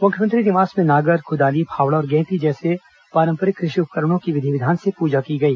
मुख्यमंत्री निवास में नागर कुदाली फावड़ा और गैती जैसे पारंपरिक कृषि उपकरणों की विधि विधान से पूजा भी की गई